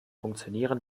funktionieren